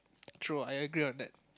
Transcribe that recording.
true I agree on that